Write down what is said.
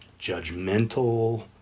judgmental